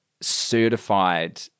certified